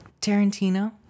Tarantino